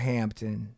Hampton